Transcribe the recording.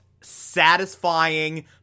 satisfying